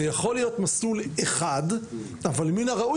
זה יכול להיות מסלול אחד אבל מין הראוי